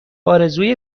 آرزوی